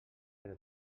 però